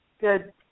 Good